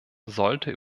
sollte